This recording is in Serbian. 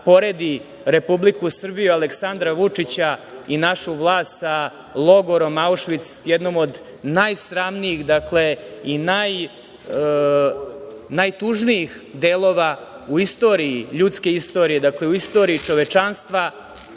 poredi Republiku Srbiju, Aleksandra Vučića i našu vlast sa logorom Aušvic, jednom od najsramnijih i najtužnijih delova u ljudskoj istoriji, u istoriji čovečanstva.